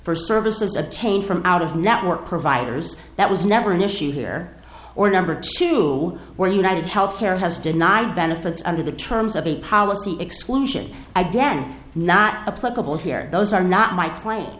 for services obtained from out of network providers that was never an issue here or number two where united health care has denied benefits under the terms of a policy exclusion again not a pluggable here those are not my